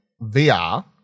VR